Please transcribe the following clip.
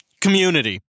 Community